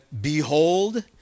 Behold